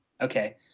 okay